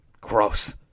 Gross